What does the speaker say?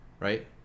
Right